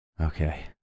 Okay